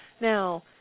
Now